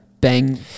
bang